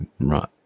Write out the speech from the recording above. Right